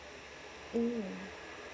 mm